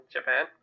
Japan